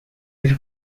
his